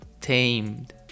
tamed